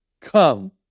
come